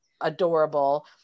adorable